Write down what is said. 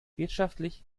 wirtschaftlich